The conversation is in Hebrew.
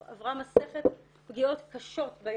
היא עברה מסכת פגיעות קשות בילדות,